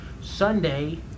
Sunday